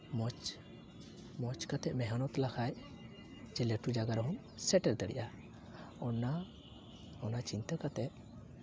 ᱢᱚᱡᱽ ᱢᱚᱡᱽ ᱠᱟᱛᱮᱫ ᱢᱮᱦᱱᱚᱛ ᱞᱮᱠᱷᱟᱱ ᱡᱮ ᱞᱟᱹᱴᱩ ᱡᱟᱭᱜᱟ ᱨᱮᱦᱚᱸᱢ ᱥᱮᱴᱮᱨ ᱫᱟᱲᱮᱭᱟᱜᱼᱟ ᱚᱱᱟ ᱚᱱᱟ ᱪᱤᱱᱛᱟᱹ ᱠᱟᱛᱮᱫ